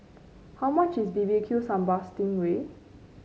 how much is B B Q Sambal Sting Ray